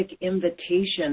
invitation